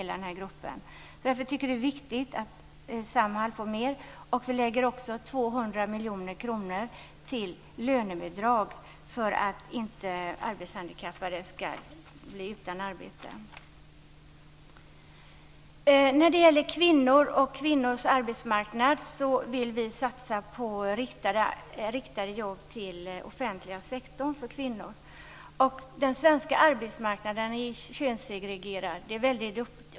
Vi tycker att det är viktigt att Samhall får mera pengar, och vi anvisar också 200 miljoner kronor till lönebidrag för att arbetshandikappade inte skall bli utan arbete. Vad gäller kvinnors arbetsmarknad vill vi satsa på riktade jobb till kvinnor på den offentliga sektorn. Den svenska arbetsmarknaden är starkt könssegregerad.